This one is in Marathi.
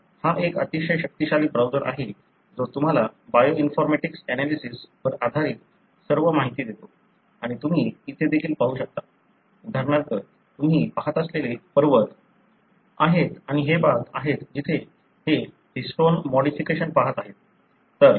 तर हा एक अतिशय शक्तिशाली ब्राउझर आहे जो तुम्हाला बायोइन्फॉरमॅटिक्स एनालिसिस वर आधारित सर्व माहिती देतो आणि तुम्ही येथे देखील पाहू शकता उदाहरणार्थ तुम्ही पहात असलेले पर्वत आहेत आणि हे भाग आहेत जेथे ते हिस्टोन मॉडिफिकेशन पाहत आहेत